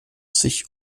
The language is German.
sich